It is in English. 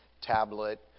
tablet